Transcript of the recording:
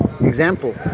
example